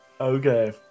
Okay